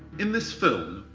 in this film,